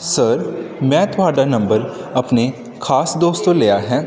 sir ਮੈਂ ਤੁਹਾਡਾ number ਆਪਣੇ ਖ਼ਾਸ ਦੋਸਤ ਤੋਂ ਲਿਆ ਹੈ